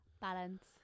Balance